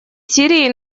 сирии